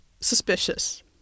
suspicious